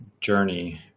journey